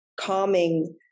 calming